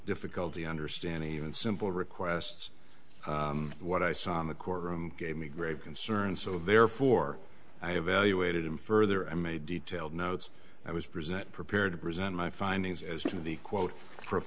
difficulty understanding even simple requests what i saw in the courtroom gave me grave concern so therefore i have valuated him further i'm a detailed notes i was present prepared to present my findings as to the quote pro